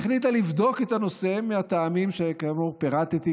החליטה לבדוק את הנושא מהטעמים שכאמור פירטתי,